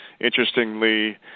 Interestingly